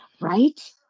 Right